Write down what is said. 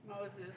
Moses